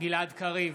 גלעד קריב,